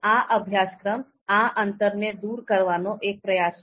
આ અભ્યાસક્રમ આ અંતરને દૂર કરવાનો એક પ્યાસ છે